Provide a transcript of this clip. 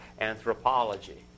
anthropology